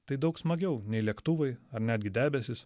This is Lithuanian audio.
tai daug smagiau nei lėktuvai ar netgi debesys